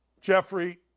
Jeffrey